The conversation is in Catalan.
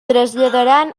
traslladaran